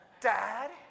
Dad